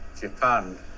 Japan